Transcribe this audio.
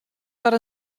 foar